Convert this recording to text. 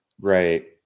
Right